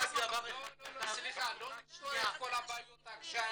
לא נפתור את כל הבעיות עכשיו.